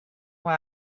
why